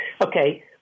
Okay